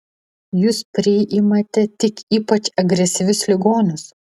jūs priimate tik ypač agresyvius ligonius